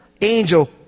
angel